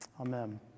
Amen